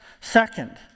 Second